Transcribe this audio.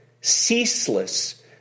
ceaseless